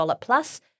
plus